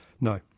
no